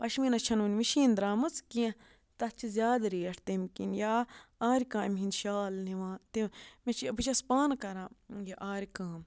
پَشمیٖنَس چھَنہٕ وٕنہِ مِشیٖن درٛامٕژ کیٚنٛہہ تَتھ چھِ زیادٕ ریٹ تمہِ کِنۍ یا آرِ کامہِ ہِنٛدۍ شال نِوان تہِ مےٚ چھِ بہٕ چھَس پانہٕ کَران یہِ آرِ کٲم